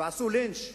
ועשו לינץ'